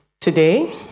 Today